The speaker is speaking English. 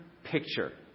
picture